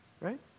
Right